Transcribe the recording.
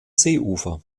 seeufer